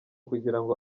kugirango